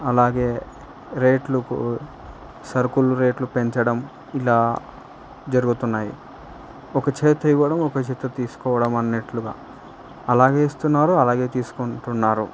అలాగే రేట్లు సరుకులు రేట్లు పెంచడం ఇలా జరుగుతున్నాయి ఒక చేతితో ఇవ్వడం ఒక చేతితో తీసుకోవడం అన్నట్లుగా అలాగే ఇస్తున్నారు అలాగే తీసుకుంటున్నారు